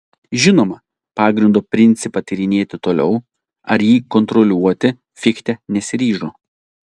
žinoma pagrindo principą tyrinėti toliau ar jį kontroliuoti fichte nesiryžo